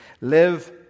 Live